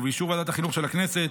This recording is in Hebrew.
ובאישור ועדת החינוך של הכנסת,